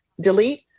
delete